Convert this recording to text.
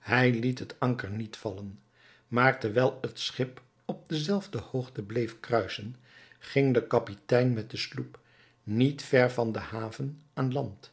hij liet het anker niet vallen maar terwijl het schip op de zelfde hoogte bleef kruisen ging de kapitein met de sloep niet ver van de haven aan land